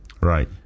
Right